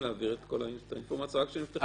להעביר את כל האינפורמציה רק כשנפתחה החקירה.